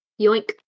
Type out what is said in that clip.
Yoink